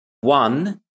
one-